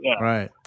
Right